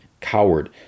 coward